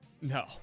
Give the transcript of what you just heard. No